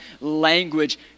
language